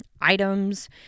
items